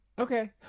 Okay